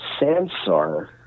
Sansar